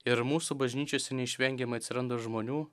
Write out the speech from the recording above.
ir mūsų bažnyčiose neišvengiamai atsiranda žmonių